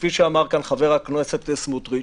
כפי שאמר כאן חבר הכנסת סמוטריץ',